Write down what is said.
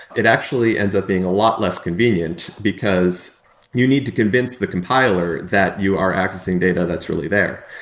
it actually ends up being a lot less convenient because you need to convince the compiler that you are accessing data that's really there.